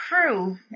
crew